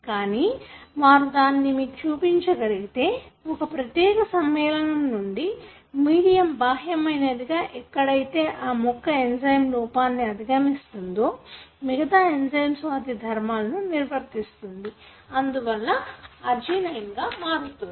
కానీ వారు దానిని మీరు చూపించగలిగితే ఒక ప్రత్యేకమైన సమ్మేళనం నుండి మీడియం బాహ్యమైనదిగా ఎక్కడైతే ఆ మొక్క ఎంజయ్మ్ లోపాన్ని అధిగమిస్తుందో మిగతా ఎంజయ్మ్స్ వాటి ధర్మాలను నిర్వర్తిస్తుంది అందువల్ల అర్జినైన్ గా మారుతుంది